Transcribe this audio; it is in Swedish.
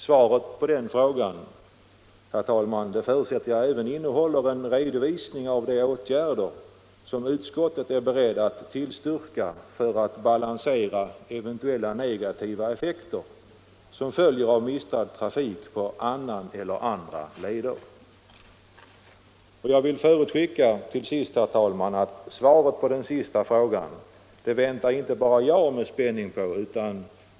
Svaret på den frågan, herr talman, förutsätter jag även innehåller en redovisning av de åtgärder som utskottet är berett att tillstyrka för att balansera de eventuella negativa effekter som följer av mistad trafik på annan eller andra leder. Jag förutskickar att det inte bara är jag som med spänning väntar på svaret på den sista frågan.